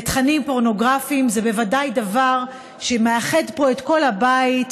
לתכנים פורנוגרפיים זה בוודאי דבר שמאחד פה את כל הבית.